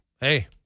hey